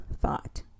thought